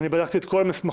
אני בדקתי את כל המסמכים,